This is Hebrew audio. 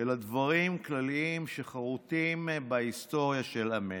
אלא על דברים כלליים שחרותים בהיסטוריה של עמנו.